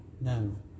No